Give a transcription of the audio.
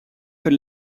per